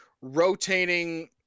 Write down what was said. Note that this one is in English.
rotating